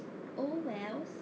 oh wells